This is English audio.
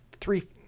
three